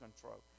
control